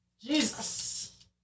Jesus